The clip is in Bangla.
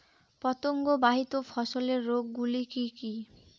পতঙ্গবাহিত ফসলের রোগ গুলি কি কি?